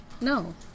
No